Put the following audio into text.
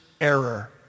error